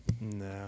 No